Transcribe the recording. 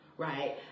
Right